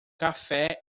café